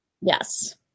Yes